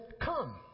come